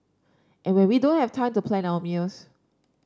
and when we don't have time to plan our meals